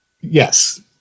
Yes